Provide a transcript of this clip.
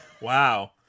Wow